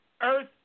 earth